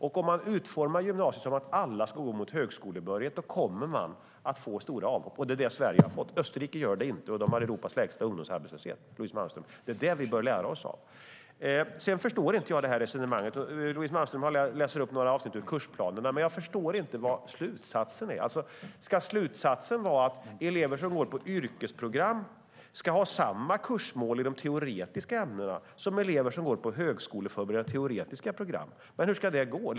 Om man utformar gymnasiet så att alla ska gå mot högskolebehörighet kommer man att få stora avhopp, och det är det Sverige har fått. Österrike gör det inte, och de har Europas lägsta ungdomsarbetslöshet, Louise Malmström. Det är det vi bör lära oss av. Louise Malmström läser upp några avsnitt ur kursplaner. Men jag förstår inte vad slutsatsen är. Ska slutsatsen vara att elever som går på yrkesprogram ska ha samma kursmål i de teoretiska ämnena som elever som går på högskoleförberedande teoretiska program? Hur ska det gå?